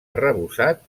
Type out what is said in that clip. arrebossat